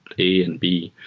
a and b,